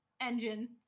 Engine